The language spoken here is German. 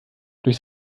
durch